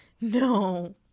No